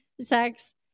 sex